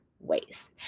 ways